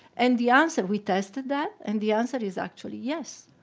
and the answer we tested that, and the answer is actually yes.